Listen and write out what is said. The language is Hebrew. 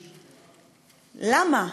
למה?